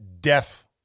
death